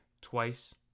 twice